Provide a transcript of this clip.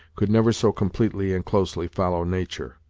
could never so completely and closely follow nature.